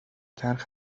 تلخ